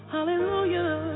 Hallelujah